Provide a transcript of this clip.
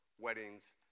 weddings